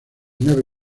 nave